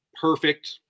perfect